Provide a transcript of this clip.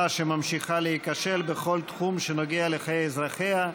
שממשיכה להיכשל בכל תחום שנוגע לחיי אזרחיה,